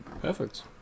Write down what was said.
Perfect